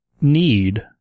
need